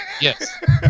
Yes